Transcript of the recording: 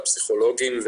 הפסיכולוגיים,